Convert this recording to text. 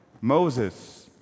Moses